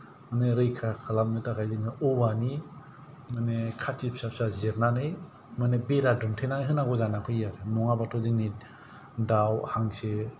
माने रैखा खालामनो थाखाय जोङो औवानि माने खाथि फिसा फिसा जिरनानै माने बेरा दुमथेनानै होनांगौ जानानै फैयो आरो नङाबाथ' जोंनि दाउ हांसो